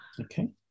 Okay